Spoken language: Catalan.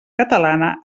catalana